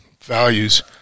values